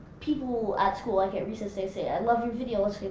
people at school, like at recess, they say, i love your video.